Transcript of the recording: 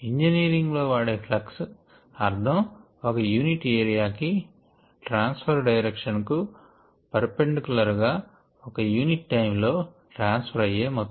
engineering లో వాడే flux అర్ధం ఒక యూనిట్ ఏరియా కి ట్రాన్సఫర్ డైరెక్షన్ కు పర్ పెండిక్యులర్ గా ఒక యూనిట్ టైమ్ లో ట్రాన్స్ ఫర్ అయ్యే మొత్తం